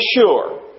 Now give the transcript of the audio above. sure